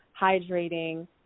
hydrating